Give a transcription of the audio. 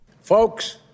Folks